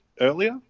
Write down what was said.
earlier